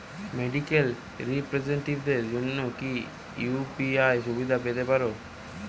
Medical রিপ্রেজন্টেটিভদের জন্য কি ইউ.পি.আই সুবিধা পেতে পারে?